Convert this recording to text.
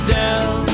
down